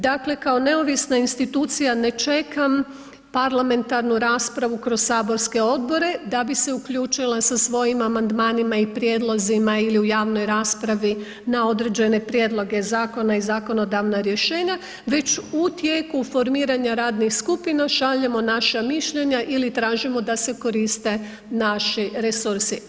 Dakle kao neovisna institucija ne čekam parlamentarnu raspravu kroz saborske odbore da bi se uključila sa svojim amandmanima i prijedlozima ili u javnoj raspravi na određene prijedloge zakona i zakonodavna rješenja već u tijeku formiranja radnih skupina, šaljemo naša mišljenja ili tražimo da se koriste naši resursi.